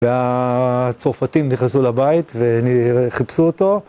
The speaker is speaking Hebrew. והצרפתים נכנסו לבית וחיפשו אותו,